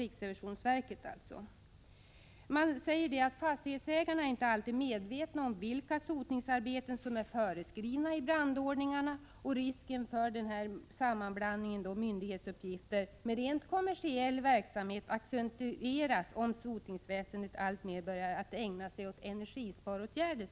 Riksrevisionsverket säger att fastighetsägarna inte alltid är medvetna om vilka sotningsarbeten som är föreskrivna i brandordningarna, och risken för en sammanblandning av myndighetsuppgifter och rent kommersiell verksamhet accentueras om sotningsväsendet alltmer börjar att ägna sig åt energisparåtgärder.